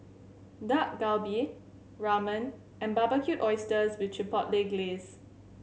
Dak Galbi Ramen and Barbecued Oysters with Chipotle Glaze